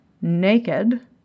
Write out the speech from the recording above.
naked